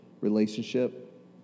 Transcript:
relationship